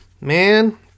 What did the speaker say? man